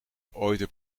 ooit